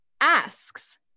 asks